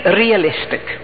realistic